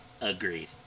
Agreed